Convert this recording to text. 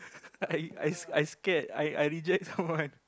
I I I scared I I reject someone